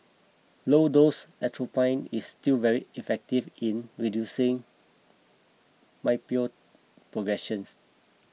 low dose atropine is still very effective in reducing myopia progressions